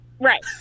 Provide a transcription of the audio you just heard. Right